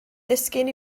ddisgyn